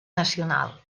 nacional